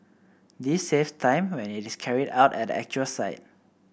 this saves time when it is carried out at the actual site